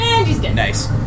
Nice